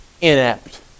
inept